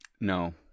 no